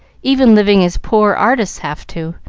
even living as poor artists have to,